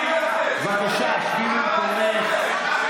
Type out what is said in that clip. בבקשה, שבי במקומך.